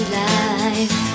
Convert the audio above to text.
life